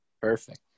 Perfect